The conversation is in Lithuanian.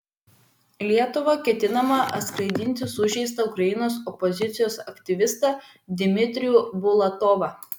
į lietuvą ketinama atskraidinti sužeistą ukrainos opozicijos aktyvistą dmitrijų bulatovą